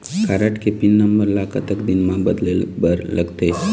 Card के pin number ला कतक दिन म बदले बर लगथे?